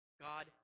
god